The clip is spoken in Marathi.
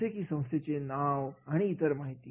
जसे की संस्थेचे नाव आणि इतर माहिती